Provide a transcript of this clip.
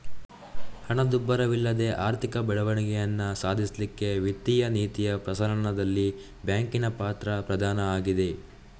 ಹಣದುಬ್ಬರವಿಲ್ಲದೆ ಆರ್ಥಿಕ ಬೆಳವಣಿಗೆಯನ್ನ ಸಾಧಿಸ್ಲಿಕ್ಕೆ ವಿತ್ತೀಯ ನೀತಿಯ ಪ್ರಸರಣದಲ್ಲಿ ಬ್ಯಾಂಕಿನ ಪಾತ್ರ ಪ್ರಧಾನ ಆಗಿದೆ